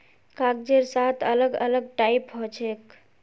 कागजेर सात अलग अलग टाइप हछेक